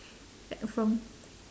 like from